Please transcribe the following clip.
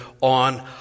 on